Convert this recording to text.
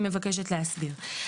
אני מבקשת להסביר.